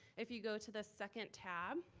if you go to the second tab,